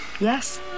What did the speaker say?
Yes